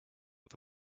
with